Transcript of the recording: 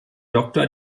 doktor